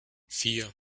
vier